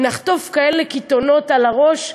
נחטוף כאלה קיתונות על הראש,